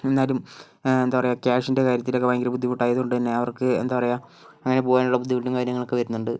എന്നാലും എന്താ പറയുക ക്യാഷിൻറ്റെ കാര്യത്തിലൊക്കെ ഭയങ്കര ബുദ്ധിമുട്ടായത് കൊണ്ട് തന്നെ അവർക്ക് എന്താ പറയുക അങ്ങനെ പോകാനുള്ള ബുദ്ധിമുട്ടും കാര്യങ്ങളൊക്കെ വരുന്നുണ്ട്